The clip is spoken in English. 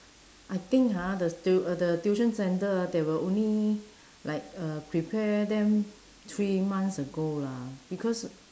I think ha the tu~ the tuition centre they will only like uh prepare them three months ago lah because